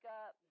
up